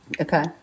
okay